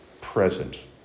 present